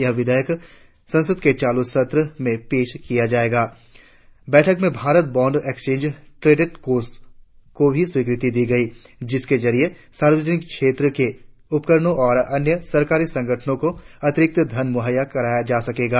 यह विधेयक संसद के चालू सत्र में पेश किया जाएगा बैठक में भारत बॉण्ड एक्सचेंज ट्रेडेड कोष को भी स्वीकृति दी गई जिसके जरिए सार्वजनिक क्षेत्र के उपक्रमों और अन्य सरकारी संगठनों को अतिरिक्त धन मुहैया कराया जा सकेगा